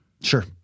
Sure